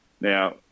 Now